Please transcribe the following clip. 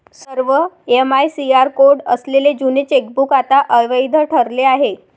सर्व MICR code असलेले जुने चेकबुक आता अवैध ठरले आहे